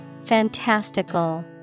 Fantastical